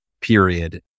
period